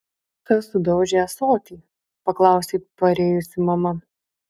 kas sudaužė ąsotį paklausė parėjusi mama